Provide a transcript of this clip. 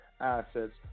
assets